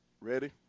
Ready